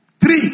three